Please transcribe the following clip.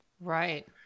Right